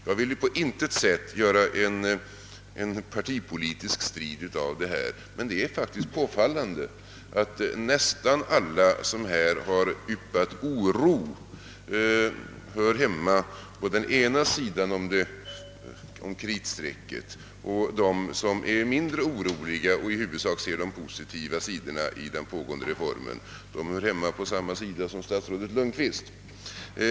Jag vill på intet sätt göra en partipolitisk strid av detta, men det är påfallande att nästan alla som här har yppat oro hör hemma på den ena sidan om kritstrecket, medan de som är mindre oroliga och i huvudsak ser det positiva i den pågående reformen hör hemma på samma sida som statsrådet Lundkvist.